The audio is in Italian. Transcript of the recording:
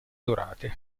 dorate